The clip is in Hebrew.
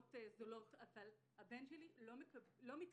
דרמות זולות, אבל הבן שלי לא מתקדם.